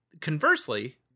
conversely